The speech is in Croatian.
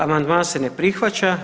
Amandman se ne prihvaća.